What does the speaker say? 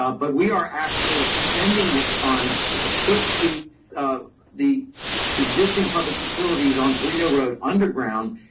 um but we are actually extending the funds to put the the existing public utilities on toledo road underground,